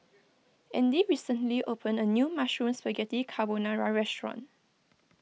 andy recently opened a new Mushroom Spaghetti Carbonara restaurant